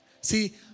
See